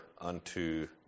unto